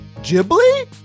Ghibli